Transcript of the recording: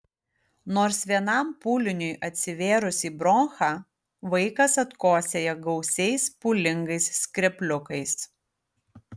nors vienam pūliniui atsivėrus į bronchą vaikas atkosėja gausiais pūlingais skrepliukais